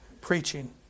preaching